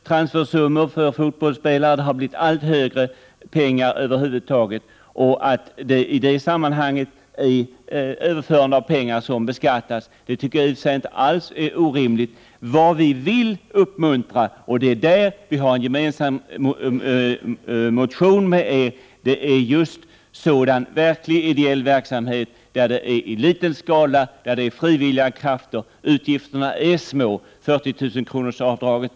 Transfersummorna för fotbollsspelare har blivit allt högre och det handlar över huvud taget om mer pengar. Jag tycker i och för sig att det inte alls är orimligt att överförande av pengar i det här sammanhanget beskattas. Vad vi vill uppmuntra — och det är därför som vi har en motion gemensam med moderaterna — är just sådan verkligt ideell verksamhet som bedrivs i liten skala, där krafterna är frivilliga, där utgifterna är små och där avdraget på 40 000 kr.